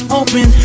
open